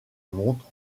montre